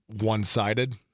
one-sided